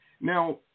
now